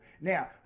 Now